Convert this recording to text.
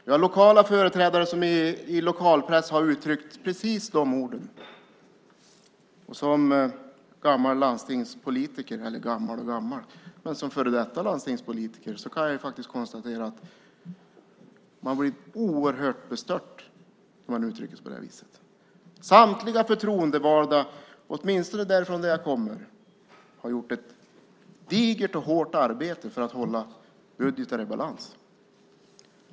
Vi har lokala företrädare som i lokalpress har uttryckt precis de orden. Som före detta landstingspolitiker kan jag konstatera att man blir oerhört bestört när någon uttrycker sig på det viset. Samtliga förtroendevalda, åtminstone där jag kommer ifrån, har gjort ett digert och hårt arbete för att hålla budgeten i balans.